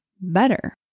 better